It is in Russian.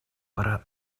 пора